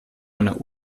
einer